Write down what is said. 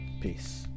peace